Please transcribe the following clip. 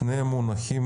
שני המונחים